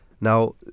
Now